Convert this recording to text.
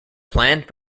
planned